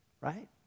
right